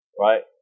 Right